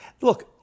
look